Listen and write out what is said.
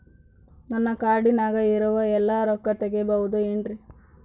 ನನ್ನ ಕಾರ್ಡಿನಾಗ ಇರುವ ಎಲ್ಲಾ ರೊಕ್ಕ ತೆಗೆಯಬಹುದು ಏನ್ರಿ?